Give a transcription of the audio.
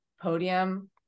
podium